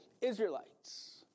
Israelites